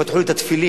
פתחו לי את התפילין.